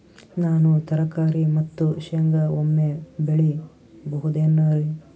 ನಾನು ತರಕಾರಿ ಮತ್ತು ಶೇಂಗಾ ಒಮ್ಮೆ ಬೆಳಿ ಬಹುದೆನರಿ?